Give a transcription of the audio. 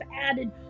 added